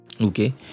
Okay